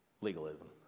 legalism